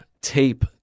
tape